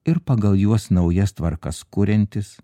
ir pagal juos naujas tvarkas kuriantis